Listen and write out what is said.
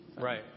right